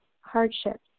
hardships